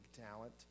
talent